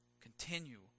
Continue